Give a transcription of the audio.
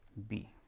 b.